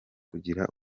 kugira